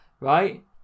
right